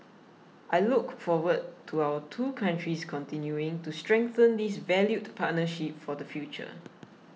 I look forward to our two countries continuing to strengthen this valued partnership for the future